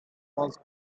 was